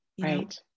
right